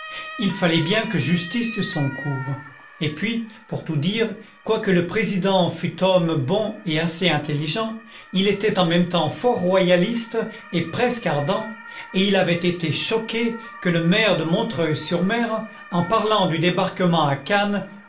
il fallait bien que justice eût son cours et puis pour tout dire quoique le président fût homme bon et assez intelligent il était en même temps fort royaliste et presque ardent et il avait été choqué que le maire de montreuil sur mer en parlant du débarquement à cannes